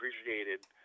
appreciated